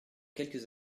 quelques